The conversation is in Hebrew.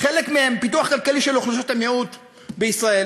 חלק מהם: פיתוח כלכלי של אוכלוסיות המיעוט בישראל,